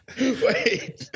wait